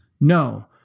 No